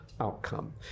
outcome